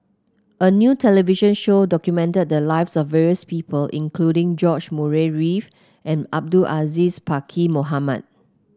a new television show documented the lives of various people including George Murray Reith and Abdul Aziz Pakkeer Mohamed